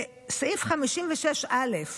בסעיף 56(א)